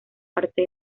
parte